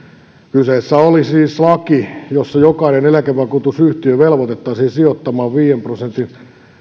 kyseessä oli siis laki jossa jokainen eläkevakuutusyhtiö velvoitettaisiin sijoittamaan